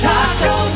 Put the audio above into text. Taco